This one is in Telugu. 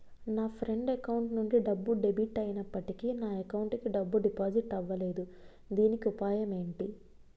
నా ఫ్రెండ్ అకౌంట్ నుండి డబ్బు డెబిట్ అయినప్పటికీ నా అకౌంట్ కి డబ్బు డిపాజిట్ అవ్వలేదుదీనికి ఉపాయం ఎంటి?